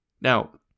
Now